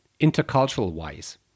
intercultural-wise